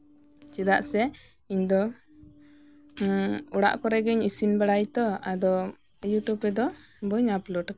ᱪᱮᱫᱟᱜ ᱥᱮ ᱤᱧ ᱫᱚ ᱚᱲᱟᱜ ᱠᱚᱨᱮ ᱜᱤᱧ ᱤᱥᱤᱱ ᱵᱟᱲᱟᱭᱟᱛᱚ ᱟᱫᱚ ᱤᱭᱩᱴᱩᱯ ᱨᱮᱫᱚ ᱵᱟᱹᱧ ᱟᱯᱞᱳᱰ ᱠᱟᱫᱟ